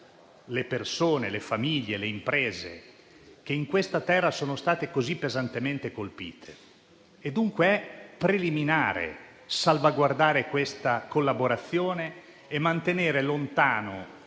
le persone, le famiglie, le imprese che in questa terra sono state così pesantemente colpite. È dunque preliminare salvaguardare questa collaborazione e mantenere lontani